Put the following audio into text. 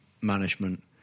management